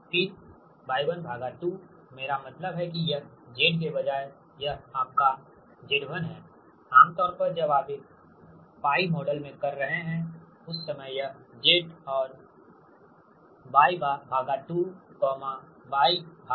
फिर Y12मेरा मतलब है कि यह Z के बजाय यह आपका Z1 है आमतौर पर जब आप एक π मॉडल में कर रहे है उस समय यह Z और Y2Y2था